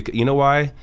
you know why?